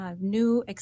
new